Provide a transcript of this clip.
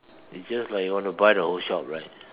it's just like you want to buy the whole shop right